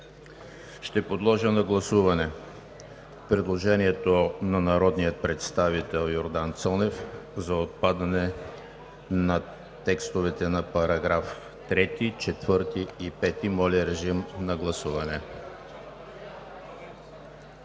Ще подложа на гласуване предложението на народния представител Йордан Цонев за отпадане на текстовете на § 3, 4 и 5. Гласували